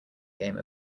game